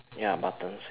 ya buttons